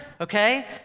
Okay